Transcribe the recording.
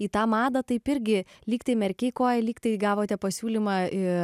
į tą madą taip irgi lyg tai merkei koją lyg tai gavote pasiūlymą